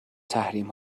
تحریم